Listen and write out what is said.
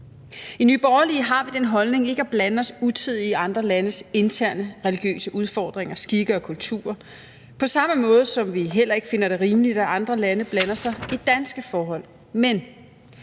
I Nye Borgerlige har vi den holdning ikke at blande os utidigt i andre landes interne religiøse udfordringer, skikke og kulturer, på samme måde som vi heller ikke finder det rimeligt, at andre lande blander sig i danske forhold. Men